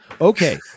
Okay